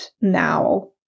now